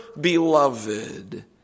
beloved